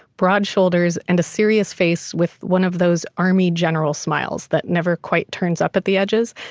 broad shoulders, and a serious face with one of those army general smiles that never quite turns up at the edges.